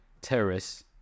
terrorists